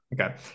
Okay